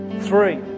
Three